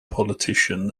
politician